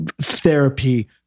therapy